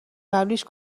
قبلیش